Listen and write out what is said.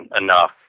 enough